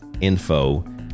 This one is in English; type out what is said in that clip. info